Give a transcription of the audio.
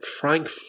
Frank